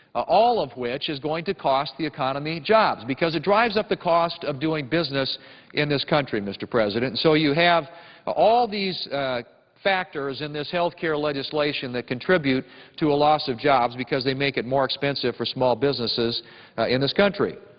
all of which is going to cost the economy jobs because it drives up the cost of doing business in this country, mr. president. so you have all these factors in this health care legislation that contribute to a loss of jobs because they make it more expensive for small businesses in this country.